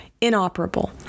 inoperable